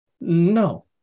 No